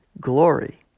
glory